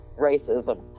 racism